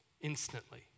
instantly